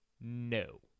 No